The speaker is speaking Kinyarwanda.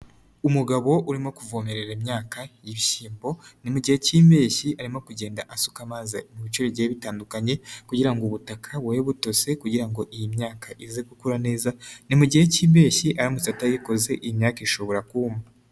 Umugabo urimo kuvomerera imyaka y'ibishyimbo, ni mu gihe k'impeshyi arimo kugenda asuka amazi mu bice bigiye bitandukanye kugira ngo ubutaka bube butose kugira ngo iyi myaka ize gukura neza, ni mu gihe k'impeshyi aramutse atayikoze iyi imyaka ishobora kuma.